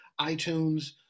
iTunes